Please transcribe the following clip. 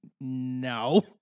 no